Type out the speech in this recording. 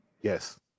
Yes